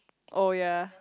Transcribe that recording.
oh ya